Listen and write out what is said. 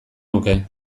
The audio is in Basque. nuke